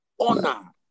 Honor